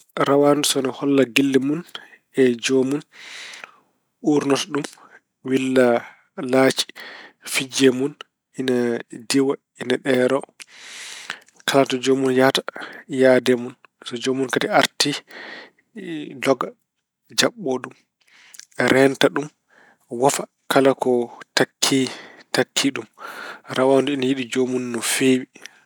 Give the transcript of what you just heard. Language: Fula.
Rawandu so ene holla giɗli mun e joomun uurnoto ɗum, willa laaci, fijje mun, ine diwa, ine ɗeero. Kala to joomun yahata, yahdee mun. So mun kadi arti, doga jaɓɓo ɗum, reenta, wofa kala ko takkii ɗum. Rawandu ina yiɗi joomun no feewi.